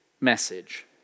message